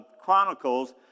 chronicles